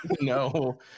no